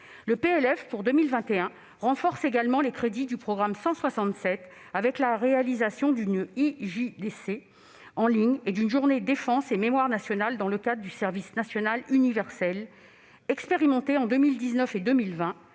Le PLF pour 2021 renforce également les crédits du programme 167, avec la réalisation d'une JDC en ligne et d'une journée Défense et mémoire nationales dans le cadre du service national universel. Expérimentée en 2019 et en 2020,